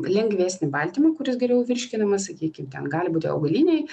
lengvesnį baltymą kuris geriau virškinamas sakykim ten gali būti augaliniai